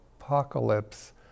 apocalypse